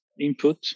input